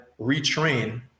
retrain